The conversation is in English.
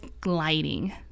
gliding